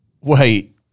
Wait